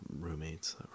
roommates